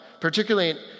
particularly